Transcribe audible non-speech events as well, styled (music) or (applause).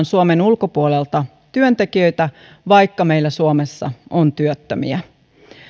(unintelligible) suomen ulkopuolelta työntekijöitä vaikka meillä suomessa (unintelligible) on työttömiä